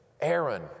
Aaron